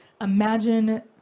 Imagine